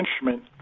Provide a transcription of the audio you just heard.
instrument